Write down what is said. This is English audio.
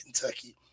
Kentucky